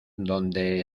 donde